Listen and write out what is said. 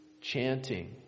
chanting